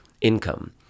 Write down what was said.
income